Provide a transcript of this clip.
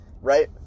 right